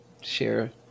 share